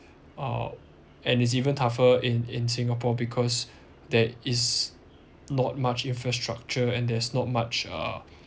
uh and it's even tougher in in singapore because there is not much infrastructure and there's not much uh